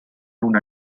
una